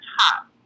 top